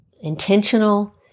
intentional